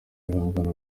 ibihangano